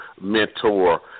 mentor